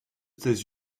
états